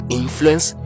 influence